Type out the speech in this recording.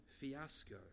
fiasco